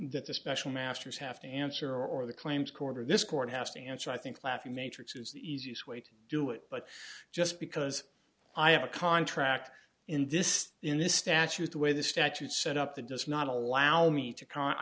that the special masters have to answer or the claims court or this court has to answer i think laughing matrix is the easiest way to do it but just because i have a contract in this in this statute the way the statute set up the does not allow me to